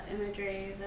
imagery